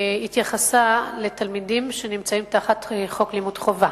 שהתייחסה לתלמידים שנמצאים תחת חוק לימוד חובה,